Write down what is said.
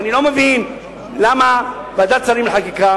אני לא מבין למה ועדת שרים לחקיקה,